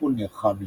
וטיפול נרחב למניעה.